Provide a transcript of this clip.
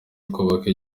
twubaka